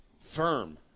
firm